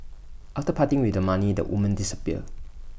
after parting with the money the women disappear